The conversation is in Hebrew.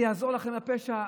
זה יעזור לכם להילחם בפשע,